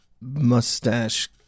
mustache